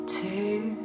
two